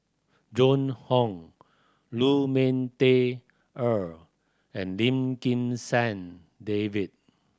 Joan Hon Lu Ming Teh Earl and Lim Kim San David